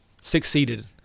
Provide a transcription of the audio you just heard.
succeeded